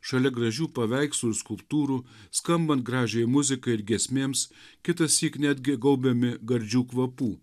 šalia gražių paveikslų ir skulptūrų skambant gražiai muzikai ir giesmėms kitąsyk netgi gaubiami gardžių kvapų